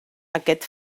aquest